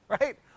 right